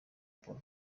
paul